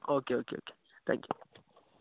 okay okay okay thank you